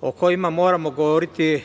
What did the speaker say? o kojima moramo govoriti